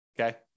okay